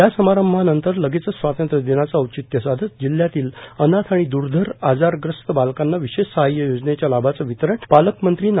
या सभारंभानंतर लगेचच स्वातंत्र्य दिनाचे ऑचित्य साधत जिल्ह्यातील अनाथ व द्र्धर आजारग्रस्त बालकांना विशेष सहाय्य योजनेच्या लाभाचे वितरण पालकमंत्री ना